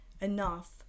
enough